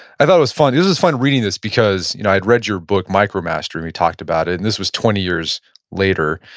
i thought was fun. this was fun reading this, because you know i'd read your book, micromastery and we talked about it, and this was twenty years later.